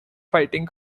fighting